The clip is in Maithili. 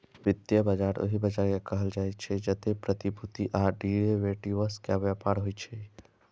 वित्तीय बाजार ओहि बाजार कें कहल जाइ छै, जतय प्रतिभूति आ डिरेवेटिव्स के व्यापार होइ छै